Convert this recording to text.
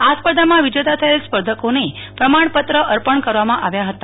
આ સ્પર્ધામાં વિજેતા થયેલ સ્પર્ધકોને પ્રમાણપત્ર અર્પણ કરવામા આવ્યા હતા